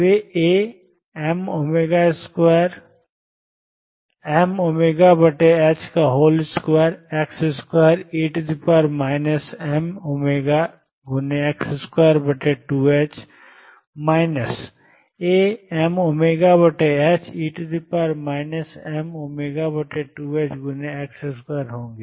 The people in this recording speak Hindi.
वे Amω2x2e mω2ℏx2 Amωe mω2ℏx2 होंगे